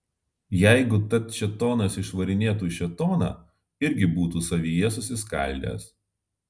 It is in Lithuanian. jeigu tad šėtonas išvarinėtų šėtoną irgi būtų savyje susiskaldęs